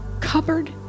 cupboard